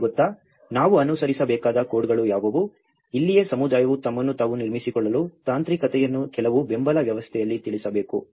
ನಿಮಗೆ ಗೊತ್ತಾ ನಾವು ಅನುಸರಿಸಬೇಕಾದ ಕೋಡ್ಗಳು ಯಾವುವು ಇಲ್ಲಿಯೇ ಸಮುದಾಯವು ತಮ್ಮನ್ನು ತಾವು ನಿರ್ಮಿಸಿಕೊಳ್ಳಲು ತಾಂತ್ರಿಕತೆಯನ್ನು ಕೆಲವು ಬೆಂಬಲ ವ್ಯವಸ್ಥೆಯಲ್ಲಿ ತಿಳಿಸಬೇಕು